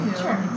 Sure